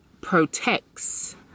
protects